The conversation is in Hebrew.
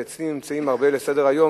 ואצלי הם נמצאים הרבה על סדר-היום,